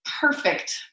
perfect